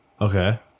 okay